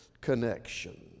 connection